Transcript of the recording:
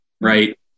right